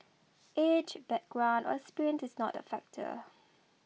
age background or experience is not a factor